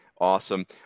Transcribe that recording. Awesome